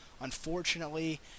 Unfortunately